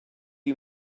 you